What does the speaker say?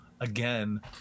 again